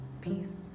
peace